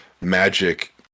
magic